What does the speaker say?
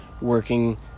working